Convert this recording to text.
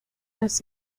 las